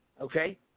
Okay